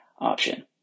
option